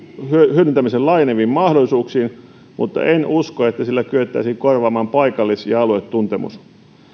hyödyntämisen laajeneviin mahdollisuuksiin mutta en usko että sillä kyettäisiin korvaamaan paikallis ja aluetuntemus